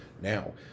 Now